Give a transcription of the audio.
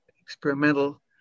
Experimental